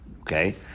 Okay